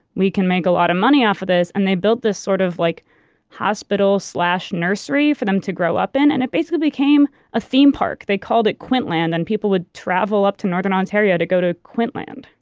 we can make a lot of money off of this. and they built this sort of like hospital nursery for them to grow up in, and it basically became a theme park. they called it quintland and people would travel up to northern ontario to go to quintland